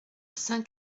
cinq